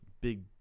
Big